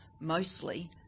mostly